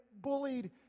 bullied